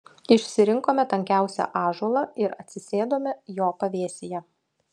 išsirinkome tankiausią ąžuolą ir atsisėdome jo pavėsyje